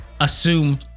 assume